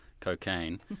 Cocaine